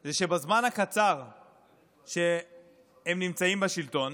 זה שבזמן הקצר שהם נמצאים בשלטון